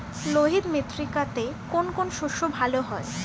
লোহিত মৃত্তিকাতে কোন কোন শস্য ভালো হয়?